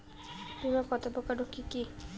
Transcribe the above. বীমা কত প্রকার ও কি কি?